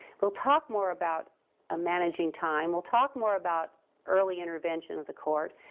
we'll talk more about ah managing time, we'll talk more about early intervention of the court,